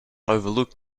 overlooked